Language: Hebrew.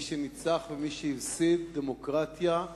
מי שניצח ומי שהפסיד, דמוקרטיה.